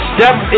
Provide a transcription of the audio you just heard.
Step